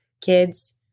kids